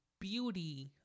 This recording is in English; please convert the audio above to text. beauty